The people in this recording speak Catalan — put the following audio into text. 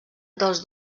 dels